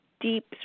deep